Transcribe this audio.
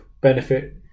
benefit